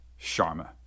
sharma